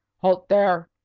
halt there!